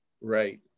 Right